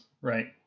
right